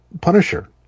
Punisher